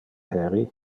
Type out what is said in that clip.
heri